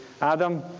Adam